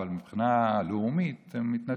אבל מבחינה לאומית הם מתנתקים,